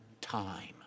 time